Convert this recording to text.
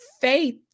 Faith